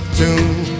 tune